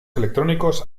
electrónicos